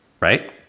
right